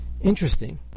Interesting